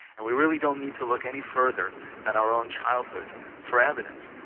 and we really don't need to look any further than our own childhood for evidence.